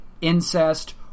incest